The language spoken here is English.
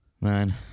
man